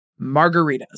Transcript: margaritas